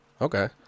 Okay